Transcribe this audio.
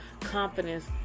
confidence